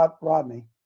Rodney